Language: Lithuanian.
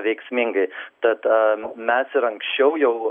veiksmingai tad mes ir anksčiau jau